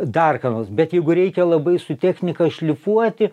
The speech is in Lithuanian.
dar ką nors bet jeigu reikia labai su technika šlifuoti